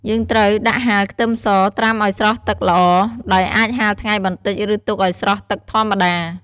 យើងត្រូវដាក់ហាលខ្ទឹមសត្រាំឱ្យស្រស់ទឹកល្អ ដោយអាចហាលថ្ងៃបន្តិច ឬទុកឱ្យស្រស់ទឹកធម្មតា។